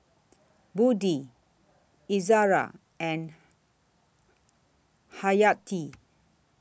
Budi Izara and Hayati